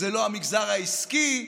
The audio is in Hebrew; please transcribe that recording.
זה לא המגזר העסקי,